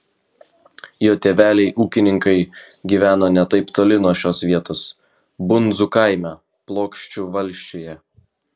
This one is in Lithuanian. jo tėveliai ūkininkai gyveno ne taip toli nuo šios vietos bundzų kaime plokščių valsčiuje